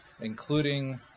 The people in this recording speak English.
including